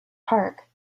park